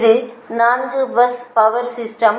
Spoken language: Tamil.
இது 4 பஸ் பவா் சிஸ்டம்